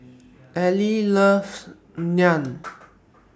Allie loves Naan